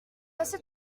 assez